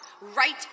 right